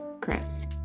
Chris